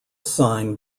sign